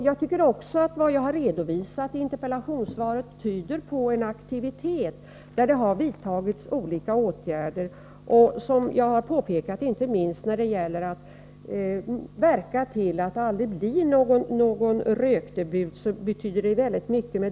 Jag tycker också att det jag har redovisat i interpellationssvaret tyder på en aktivitet: det har vidtagits olika åtgärder. Jag har också påpekat att de insatser som görs i skolan och på andra områden — inte minst när det gäller att verka för att det aldrig blir någon rökdebut — betyder väldigt mycket.